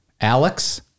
Alex